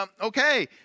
okay